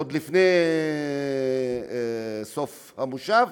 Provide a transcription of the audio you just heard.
עוד לפני סוף המושב,